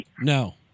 No